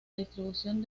distribución